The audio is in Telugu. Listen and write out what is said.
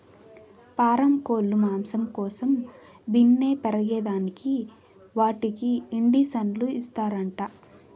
పారం కోల్లు మాంసం కోసం బిన్నే పెరగేదానికి వాటికి ఇండీసన్లు ఇస్తారంట